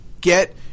get